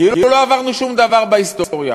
כאילו לא עברנו שום דבר בהיסטוריה.